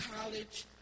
college